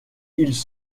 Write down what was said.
ils